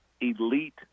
elite